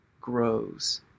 grows